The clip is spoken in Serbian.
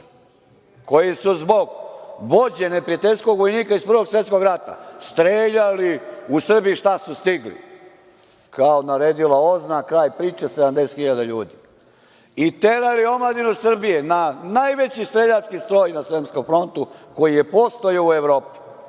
koji su zbog vođe neprijateljskog vojnika iz Prvog svetskog rata streljali u Srbiji šta su stigli. Kao naredila OZNA, kraj priče, 70.000 ljudi. I terali omladinu Srbije na najveći streljački stroj na Sremskom frontu koji je postojao u Evropi.